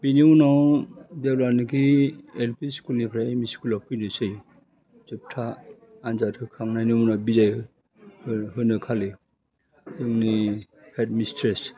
बिनि उनाव जेब्लानाखि एलपि स्कुलनिफ्राय एमइ स्कुलाव फैनोसै जोबथा आन्जाद होखांनायनि उनाव बिदायफोर होनो खालि जोंनि हेडमिसथ्रिस